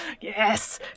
Yes